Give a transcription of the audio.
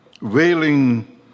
Wailing